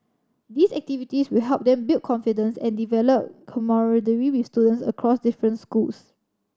these activities will help them build confidence and develop camaraderie with students across different schools